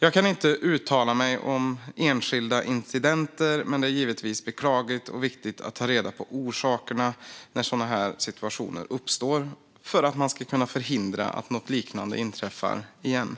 Jag kan inte uttala mig om enskilda incidenter, men det är givetvis beklagligt, och det är viktigt att ta reda på orsakerna när sådana här situationer uppstår för att man ska kunna förhindra att något liknande inträffar igen.